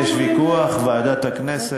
יש ויכוח, ועדת הכנסת.